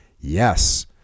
Yes